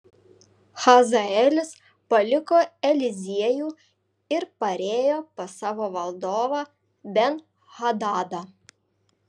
hazaelis paliko eliziejų ir parėjo pas savo valdovą ben hadadą